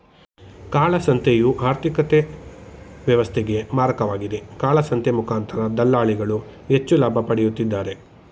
ಕಾಳಸಂತೆಯು ಆರ್ಥಿಕತೆ ವ್ಯವಸ್ಥೆಗೆ ಮಾರಕವಾಗಿದೆ, ಕಾಳಸಂತೆ ಮುಖಾಂತರ ದಳ್ಳಾಳಿಗಳು ಹೆಚ್ಚು ಲಾಭ ಪಡೆಯುತ್ತಿದ್ದಾರೆ